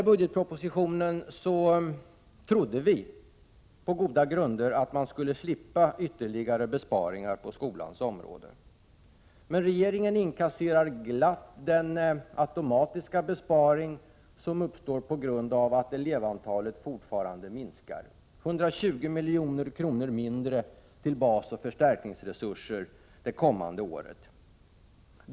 Vi trodde på goda grunder att man skulle slippa ytterligare besparingar på skolans område i denna budgetproposition. Regeringen inkasserar emellertid glatt den automatiska besparing som uppstår på grund av att elevantalet fortfarande minskar. Det innebär 120 milj.kr. mindre till basoch förstärkningsresurser under det kommande året.